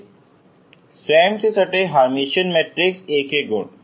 इस आत्म सटे हर्मिटियन मैट्रिक्स A के गुण